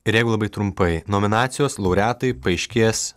ir jeigu labai trumpai nominacijos laureatai paaiškės